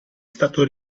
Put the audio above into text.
stato